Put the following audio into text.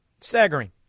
Staggering